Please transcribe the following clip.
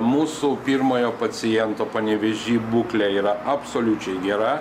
mūsų pirmojo paciento panevėžy būklė yra absoliučiai gera